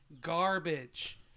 garbage